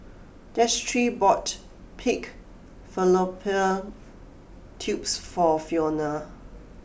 Destry bought Pig Fallopian Tubes for Fiona